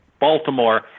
Baltimore